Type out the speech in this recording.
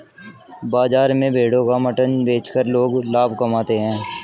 बाजार में भेड़ों का मटन बेचकर लोग लाभ कमाते है